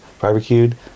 Barbecued